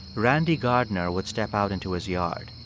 randy gardner would step out into his yard.